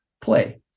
play